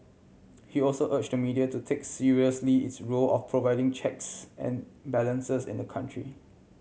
he also urge to media to take seriously its role of providing checks and balances in the country